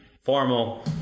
Formal